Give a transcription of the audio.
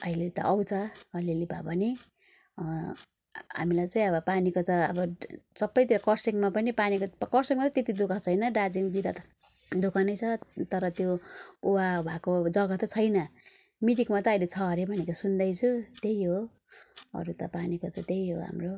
अहिले त आउँछ अलिअलि भए पनि हामीलाई चाहिँ अब पानीको त अब सबैतिर कर्सियङ पनि पानीको कर्सियङमा त त्यति दु ख छैन दार्जिलिङमा त दुखै नै छ तर त्यो कुवा भएको जग्गा त छैन मिरिकमा त अहिले छ अरे भनेको सुन्दैछु त्यही हो अरू त पानीको चाहिँ त्यही हो हाम्रो